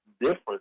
different